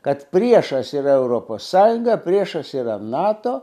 kad priešas yra europos sąjunga priešas yra nato